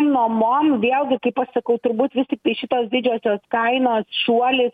nuomom vėlgi kaip aš sakau turbūt vis tiktai šitos didžiosios kainos šuolis